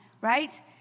right